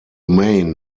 main